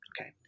okay